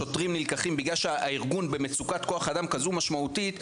בגלל שהארגון נמצא במצוקת כוח אדם כזו משמעותית,